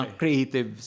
creative